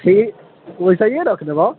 ई वैसे ही रख देबऽ